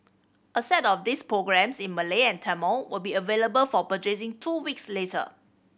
a set of these programmes in Malay and Tamil will be available for purchasing two weeks later